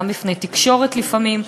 וגם בפני תקשורת לפעמים.